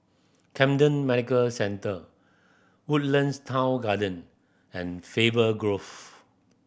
Camden Medical Centre Woodlands Town Garden and Faber Grove